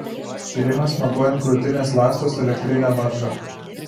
tyrimas matuojant krūtinės ląstos elektrinę varžą